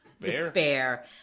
despair